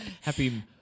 Happy